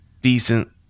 decent